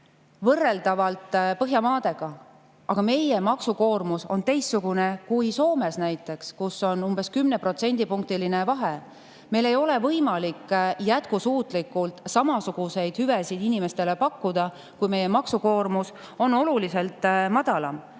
võrreldavalt Põhjamaadega. Aga meie maksukoormus on teistsugune kui näiteks Soomes, kellega meil on umbes 10‑protsendipunktiline vahe. Meil ei ole võimalik jätkusuutlikult samasuguseid hüvesid inimestele pakkuda, kui meie maksukoormus on oluliselt madalam.